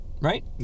right